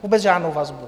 Vůbec žádnou vazbu!